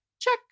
check